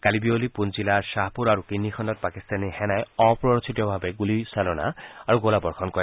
কালি বিয়লি পুঞ্চ জিলাৰ খাহপূৰ আৰু কিৰ্নি খণ্ডত পাকিস্তানী সেনাই অপ্ৰৰোচিতভাৱে গুলীচালনা আৰু গোলাবৰ্ষণ কৰে